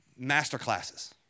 masterclasses